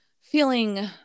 feeling